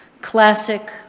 classic